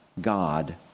God